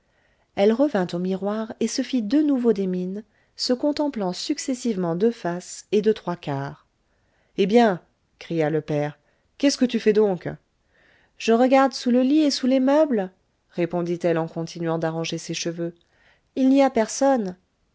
elle revint au miroir et se fit de nouveau des mines se contemplant successivement de face et de trois quarts eh bien cria le père qu'est-ce que tu fais donc je regarde sous le lit et sous les meubles répondit-elle en continuant d'arranger ses cheveux il n'y a personne